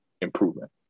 improvement